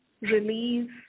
release